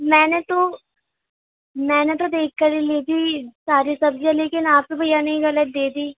میں نے تو میں نے تو دیکھ کر ہی لی تھی ساری سبزیاں لیکن آپ کے بھیا نے ہی غلط دے دی